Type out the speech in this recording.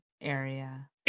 area